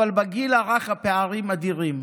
אבל בגיל הרך הפערים אדירים.